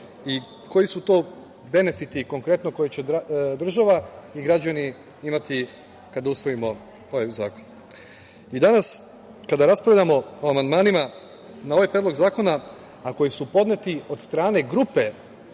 i koji su to benefiti konkretno koje će država i građani imati kada usvojimo ovaj zakon. Danas kada raspravljamo o amandmanima na ovaj predlog zakona, a koji su podneti od strane grupe